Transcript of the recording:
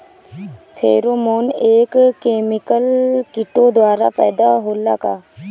Pheromone एक chemical किटो द्वारा पैदा होला का?